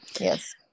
yes